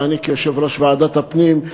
ואני כיושב-ראש ועדת הפנים,